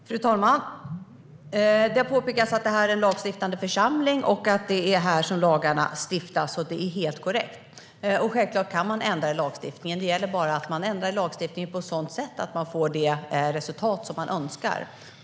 Svar på interpellationer Fru talman! Det har påpekats att det här är en lagstiftande församling och att det är här som lagarna stiftas. Det är helt korrekt. Självklart kan man ändra lagstiftningen. Det gäller bara att man ändrar den på sådant sätt att man får det resultat som man önskar.